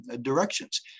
directions